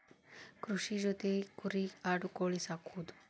ಕೃಷಿ ಜೊತಿ ಕುರಿ ಆಡು ಕೋಳಿ ಸಾಕುದು